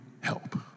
help